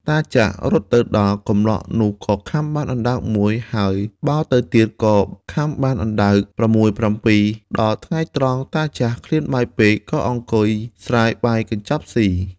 តាចាស់រត់ទៅដល់ កម្លោះនោះក៏ខាំបានអណ្ដើកមួយ ហើយបោលទៅទៀត ក៏ខាំបានអណ្ដើក ៦-៧ ដល់ថ្ងៃត្រង់តាចាស់ឃ្លានបាយពេក ក៏អង្គុយស្រាយបាយកញ្ចប់ស៊ី។